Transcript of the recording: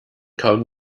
kaum